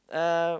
um